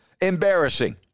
Embarrassing